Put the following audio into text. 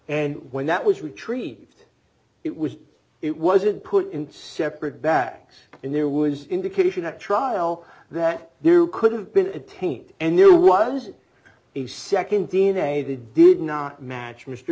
and when that was retrieved it was it wasn't put in separate bags and there was indication at trial that there could have been a taint and there was a nd d n a did not match mr